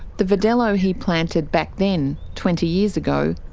the verdelho he planted back then, twenty years ago,